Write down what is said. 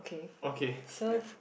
okay